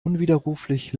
unwiderruflich